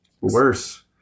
worse